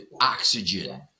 oxygen